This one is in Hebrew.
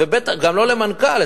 גם לא למנכ"ל,